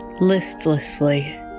listlessly